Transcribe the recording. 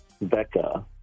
Becca